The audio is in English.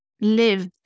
live